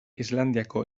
islandiako